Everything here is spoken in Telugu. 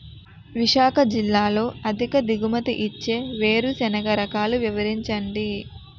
విశాఖ జిల్లాలో అధిక దిగుమతి ఇచ్చే వేరుసెనగ రకాలు వివరించండి?